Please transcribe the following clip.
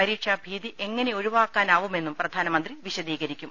പരീക്ഷാ ഭീതി എങ്ങനെ ഒഴിവാക്കാനാവു മെന്നും പ്രധാനമന്ത്രി വിശദീകരിക്കും